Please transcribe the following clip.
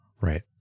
Right